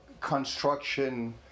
construction